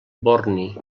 borni